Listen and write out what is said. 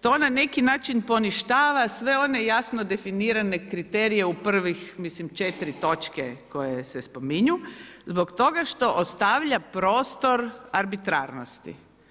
to na neki način poništava sve one jasno definirane kriterije u prvih, mislim 4 točke koje se spominju, zbog toga što stavlja prostor arbitrarnosti.